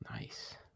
Nice